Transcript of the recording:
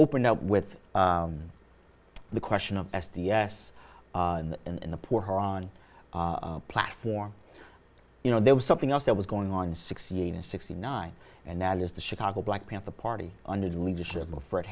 open up with the question of s d s in the poor her on platform you know there was something else that was going on sixty eight and sixty nine and al is the chicago black panther party under the leadership of fred